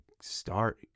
start